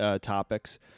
topics